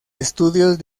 estudios